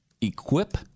equip